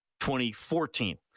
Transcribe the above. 2014